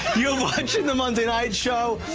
you're watching the monday night show,